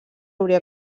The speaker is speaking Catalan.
obrir